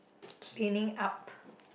cleaning up